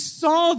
saw